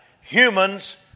humans